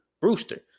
Brewster